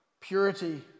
purity